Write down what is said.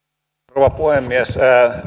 rouva puhemies